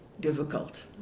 difficult